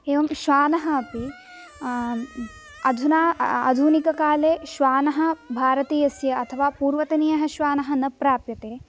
एवं श्वानः अपि अधुना आ आधुनिककाले श्वानः भारतीयस्य अथवा पूर्वतनीयः श्वानः न प्राप्यते